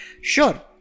sure